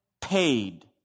paid